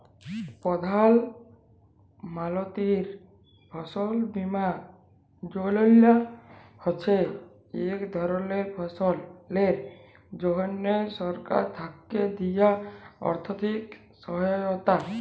প্রধাল মলতিরি ফসল বীমা যজলা হছে ইক ধরলের ফসলের জ্যনহে সরকার থ্যাকে দিয়া আথ্থিক সহায়তা